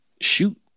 shoot